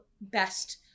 best